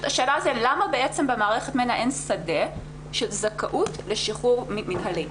השאלה היא למה בעצם במערכת מנ"ע אין שדה של זכאות לשחרור מינהלי.